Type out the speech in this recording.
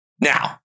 Now